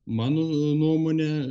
mano nuomone